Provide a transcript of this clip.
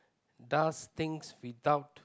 does things without